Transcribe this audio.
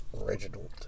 Reginald